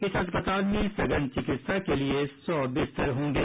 इस अस्पताल में सघन चिकित्सा के लिए सौ बिस्तर होंगे